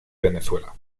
venezuela